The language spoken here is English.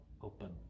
open